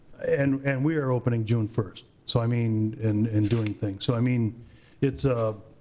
and and we are opening june first so i mean and and doing things. so i mean it's a,